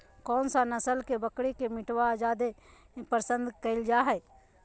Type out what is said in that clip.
कौन सा नस्ल के बकरी के मीटबा जादे पसंद कइल जा हइ?